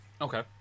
Okay